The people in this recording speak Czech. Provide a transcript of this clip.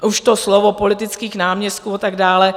Už to slovo politických náměstků a tak dále.